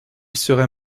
serait